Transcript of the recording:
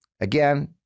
again